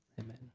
Amen